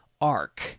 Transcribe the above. arc